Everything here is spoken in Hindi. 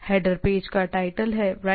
हैडर पेज का टाइटल है राइट